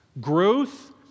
Growth